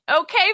Okay